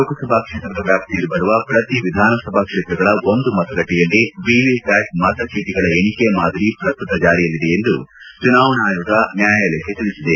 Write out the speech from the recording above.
ಲೋಕಸಭಾ ಕ್ಷೇತ್ರದ ವ್ಯಾಪ್ತಿಯಲ್ಲಿ ಬರುವ ಪ್ರತಿ ವಿಧಾನಸಭಾ ಕ್ಷೇತ್ರಗಳ ಒಂದು ಮತಗಟ್ಟೆಯಲ್ಲಿ ವಿವಿಪ್ಯಾಟ್ ಮತ ಚೀಟಿಗಳ ಎಣಿಕೆ ಮಾದರಿ ಪ್ರಸ್ತುತ ಜಾರಿಯಲ್ಲಿದೆ ಎಂದು ಚುನಾವಣಾ ಆಯೋಗ ನ್ಯಾಯಾಲಯಕ್ಕೆ ತಿಳಿಸಿದೆ